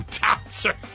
Dancer